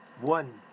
One